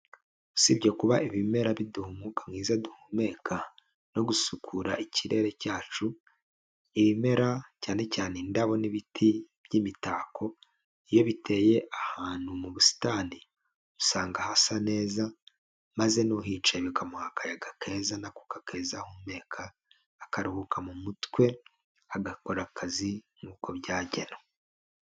Usibye kuba ibimera biduha umwuka mwiza duhumeka no gusukura ikirere cyacu, ibimera cyane cyane indabo n'ibiti by'imitako, iyo biteye ahantu mu busitani, usanga hasa neza maze n'uhicaye bikamuha akayaga keza n'akuka keza ahumeka, akaruhuka mu mutwe, agakora akazi nk'uko byagenwe.